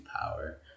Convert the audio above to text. power